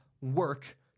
work